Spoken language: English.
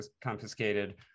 confiscated